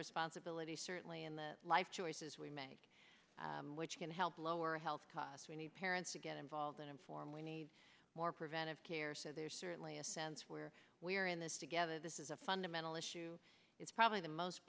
responsibility certainly in the life choices we make which can help lower health costs we need parents to get involved and inform we need more preventive care so there's certainly a sense of where we are in this together this is a fundamental issue it's probably the most